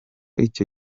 icyo